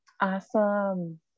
awesome